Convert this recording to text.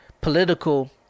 political